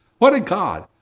what a god.